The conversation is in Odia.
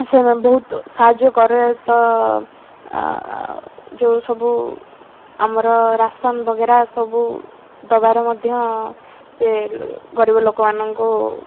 ସେମାନେ ବହୁତ ସାହାଯ୍ୟ କରେ ତ ଯୋଉ ସବୁ ଆମର ରାସନ୍ ବଗେରା ସବୁ ଦେବାରେ ମଧ୍ୟ ସେ ଗରିବ ଲୋକମାନଙ୍କୁ